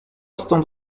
stąd